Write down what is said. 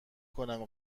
کنم